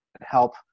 help